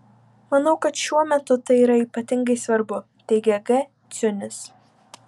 manau kad šiuo metu tai yra ypatingai svarbu teigia g ciunis